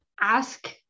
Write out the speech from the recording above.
ask